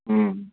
ಹ್ಞೂ